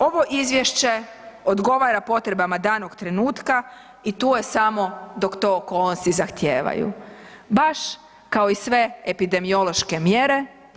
Ovo izvješće odgovara potrebama danog trenutka i tu je samo dok to okolnosti zahtijevaju baš kao i sve epidemiološke mjere.